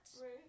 Right